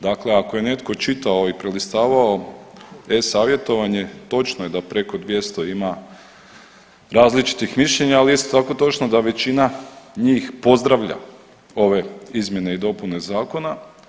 Dakle, ako je netko čitao i prelistavao e-savjetovanje točno je da preko 200 ima različitih mišljenja, ali je isto tako točno da većina njih pozdravlja ove izmjene i dopune zakona.